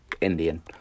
Indian